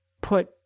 put